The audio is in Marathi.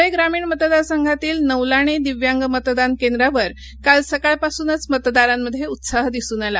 धुळे ग्रामीण मतदार संघातील नवलाणे दिव्यांग मतदार केंद्रवर काल सकाळपासूनच मतदारांमध्ये उत्साह दिसून आला